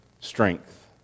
strength